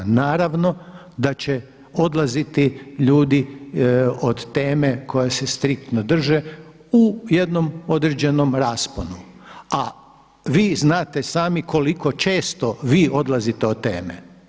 Naravno da će odlaziti ljudi od teme koje se striktno drže u jednom određenom rasponu, a vi znate sami koliko često vi odlazite od teme.